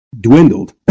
dwindled